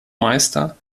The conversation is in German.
meister